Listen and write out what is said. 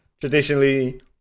traditionally